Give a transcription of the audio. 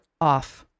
off